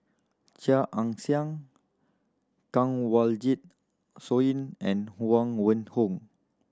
Chia Ann Siang Kanwaljit Soin and Huang Wenhong